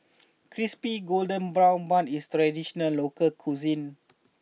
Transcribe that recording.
Crispy Golden Brown Bun is a traditional local cuisine